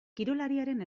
kirolariaren